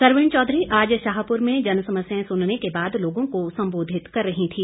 सरवीण चौधरी आज शाहपुर में जनसमस्याएं सुनने के बाद लोगों को संबोधित कर रही थी